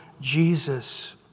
Jesus